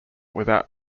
without